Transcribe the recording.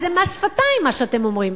אז, זה מס שפתיים, מה שאתם אומרים.